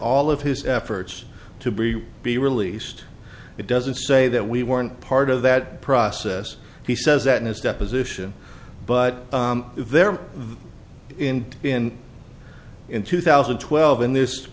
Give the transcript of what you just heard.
all of his efforts to be be released it doesn't say that we weren't part of that process he says that in his deposition but if they're in in in two thousand and twelve in this